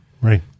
Right